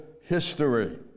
history